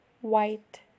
white